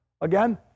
Again